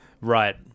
Right